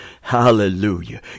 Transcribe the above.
Hallelujah